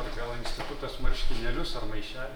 gal institutas marškinėlius ar maišelį